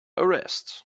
arrest